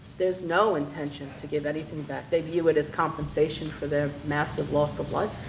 there's no intention to give anything back, they view it as compensation for their massive loss of life.